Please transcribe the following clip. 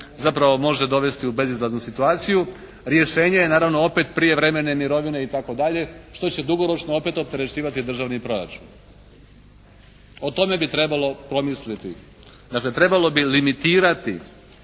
zapravo može dovesti u bezizlaznu situaciju. Rješenje je naravno opet prijevremene mirovine i tako dalje što će dugoročno opet opterećivati državni proračun. O tome bi trebalo promisliti. Dakle trebalo bi limitirati